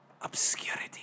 obscurity